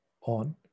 on